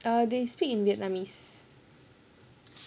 err they speak in vietnamese